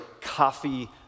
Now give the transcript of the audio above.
Coffee